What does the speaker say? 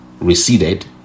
receded